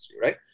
Right